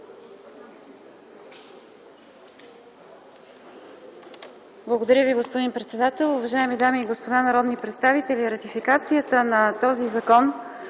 Благодаря Ви, господин председател. Уважаеми дами и господа народни представители! Ратификацията на този